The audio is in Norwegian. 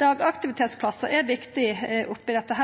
Dagaktivitetsplassar er viktig oppi dette.